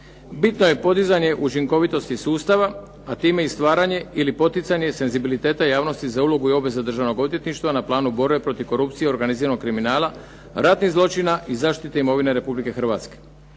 Bitno je podizanje učinkovitosti sustava, a time i stvaranje ili poticanje senzibiliteta javnosti za ulogu i obveze Državnog odvjetništva na planu borbe protiv korupcije i organiziranog kriminala, ratnih zločina i zaštite imovine Republike Hrvatske.